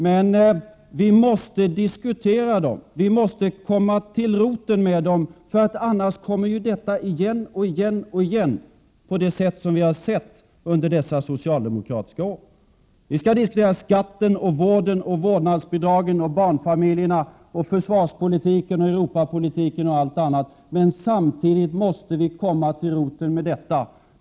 Men vi måste diskutera och även gå till roten med dessa. Annars kommer alltsammans bara att upprepas gång på gång, på samma sätt som tidigare under dessa socialdemokratiska regeringsår. Vi skall diskutera skatten, vården, vårdbidragen, barnfamiljerna, försvarspolitiken, Europapolitiken osv. Men samtidigt måste vi, som sagt, gå till roten med detta.